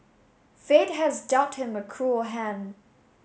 fate has dealt him a cruel hand